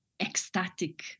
ecstatic